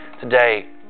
today